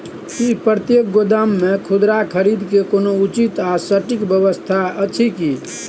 की प्रतेक गोदाम मे खुदरा खरीद के कोनो उचित आ सटिक व्यवस्था अछि की?